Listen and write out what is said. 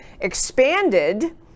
expanded